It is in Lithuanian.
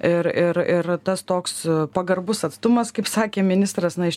ir ir ir tas toks pagarbus atstumas kaip sakė ministras na iš